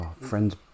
friend's